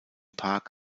park